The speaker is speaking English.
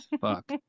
fuck